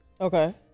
Okay